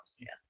yes